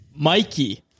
Mikey